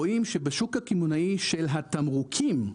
רואים שבשוק הקמעונאי של התמרוקים,